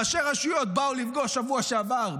ראשי הרשויות באו לפגוש בשבוע שעבר,